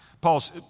Paul's